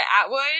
Atwood